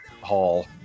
Hall